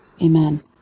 Amen